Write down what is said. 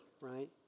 right